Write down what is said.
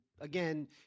Again